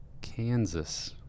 kansas